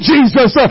Jesus